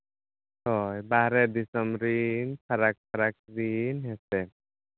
ᱦᱳᱭ ᱵᱟᱦᱚᱨᱮ ᱫᱤᱥᱚᱢ ᱨᱮᱱ ᱯᱷᱟᱨᱟᱠ ᱯᱷᱟᱨᱟᱠ ᱨᱮᱱ ᱦᱮᱸᱥᱮ